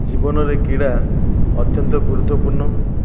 ଜୀବନରେ କ୍ରୀଡ଼ା ଅତ୍ୟନ୍ତ ଗୁରୁତ୍ୱପୂର୍ଣ୍ଣ